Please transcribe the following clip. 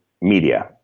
media